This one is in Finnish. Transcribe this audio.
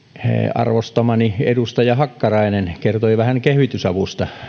arvostamani edustaja hakkarainen kertoi vähän kehitysavusta